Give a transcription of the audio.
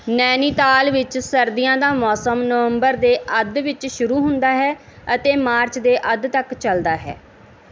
ਨੈਨੀਤਾਲ ਵਿੱਚ ਸਰਦੀਆਂ ਦਾ ਮੌਸਮ ਨਵੰਬਰ ਦੇ ਅੱਧ ਵਿੱਚ ਸ਼ੁਰੂ ਹੁੰਦਾ ਹੈ ਅਤੇ ਮਾਰਚ ਦੇ ਅੱਧ ਤੱਕ ਚਲਦਾ ਹੈ